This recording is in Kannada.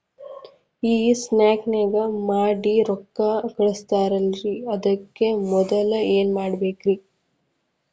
ಈ ಸ್ಕ್ಯಾನ್ ಮಾಡಿ ರೊಕ್ಕ ಕಳಸ್ತಾರಲ್ರಿ ಅದಕ್ಕೆ ಮೊದಲ ಏನ್ ಮಾಡ್ಬೇಕ್ರಿ?